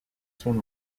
son